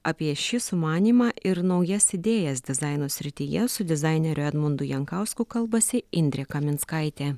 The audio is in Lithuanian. apie šį sumanymą ir naujas idėjas dizaino srityje su dizaineriu edmundu jankausku kalbasi indrė kaminskaitė